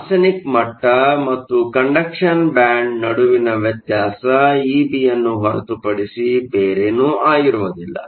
arsenic ಮಟ್ಟ ಮತ್ತು conduction band ನಡುವಿನ ವ್ಯತ್ಯಾಸ ಇಬಿಯನ್ನು ಹೊರತುಪಡಿಸಿ ಬೇರೇನೂ ಆಗಿರುವುದಿಲ್ಲ